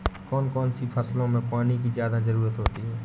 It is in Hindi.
कौन कौन सी फसलों में पानी की ज्यादा ज़रुरत होती है?